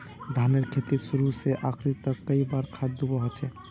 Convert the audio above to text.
धानेर खेतीत शुरू से आखरी तक कई बार खाद दुबा होचए?